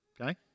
Okay